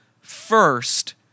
first